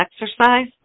exercise